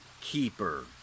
keeper